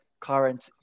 current